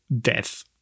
death